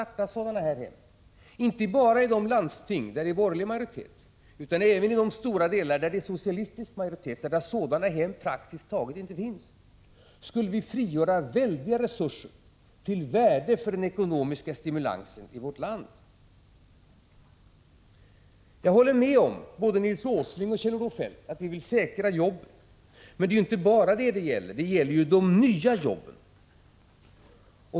1985/86:123 hem, inte bara i de landsting där det är borgerlig majoritet utan även i de 22 april 1986 många landsting där det ä ialistisk jori ä g ing där är socialistisk majoritet och där sådana hem Omåtgärder för att praktiskt taget inte finns, skulle vi frigöra väldiga resurser till värde för den åa den eko ekonomiska stimulansen i vårt land. främja NR 20 miska tillväxten Jag håller med både Nils G. Åsling och Kjell-Olof Feldt om att vi skall säkra jobben, men det är inte bara detta det gäller. Det gäller de nya jobben.